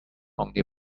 only